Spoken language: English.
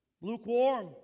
Lukewarm